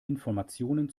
informationen